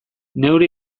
neure